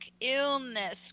illness